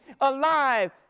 alive